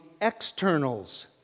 externals